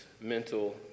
mental